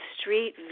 street